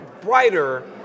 brighter